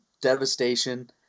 devastation –